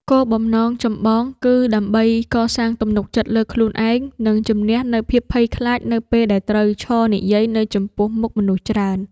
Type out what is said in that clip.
គោលបំណងចម្បងគឺដើម្បីកសាងទំនុកចិត្តលើខ្លួនឯង និងជម្នះនូវភាពភ័យខ្លាចនៅពេលដែលត្រូវឈរនិយាយនៅចំពោះមុខមនុស្សច្រើន។